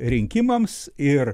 rinkimams ir